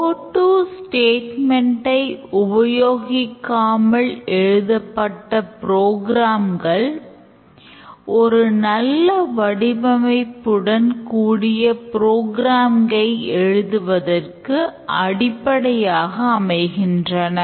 கோ ட்டு ஸ்டேட்மெண்ட்ஐ எழுதுவதற்கு அடிப்படையாக அமைகின்றன